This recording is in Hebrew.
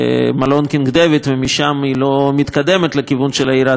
דיוויד" ומשם היא לא מתקדמת לכיוון העיר העתיקה והר-הבית.